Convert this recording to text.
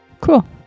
Cool